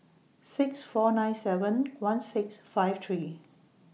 six four nine seven one six five three